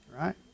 right